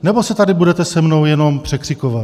Nebo se tady budete se mnou jenom překřikovat?